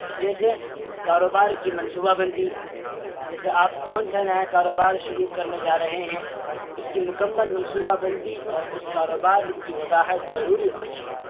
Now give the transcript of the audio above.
جیسے کاروبار کی منصوبہ بندی جیسے آپ کون سا نیا کاروبار شروع کرنے جا رہے ہیں اس کی مکمل منصوبہ بندی اور اس کاروبار کی وضاحت ضروری ہوتی ہے